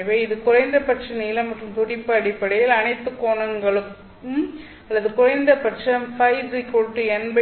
எனவே இது குறைந்தபட்ச நீளம் மற்றும் துடிப்பு அடிப்படையில் அனைத்து கோணங்களும் அல்லது குறைந்தபட்சம் ϕ л